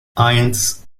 eins